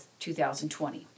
2020